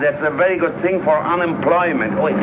that's a very good thing for unemployment